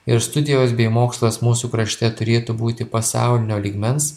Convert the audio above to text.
ir studijos bei mokslas mūsų krašte turėtų būti pasaulinio lygmens